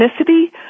ethnicity